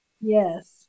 Yes